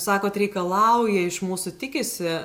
sakote reikalauja iš mūsų tikisi